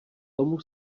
tomu